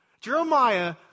Jeremiah